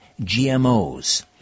GMOs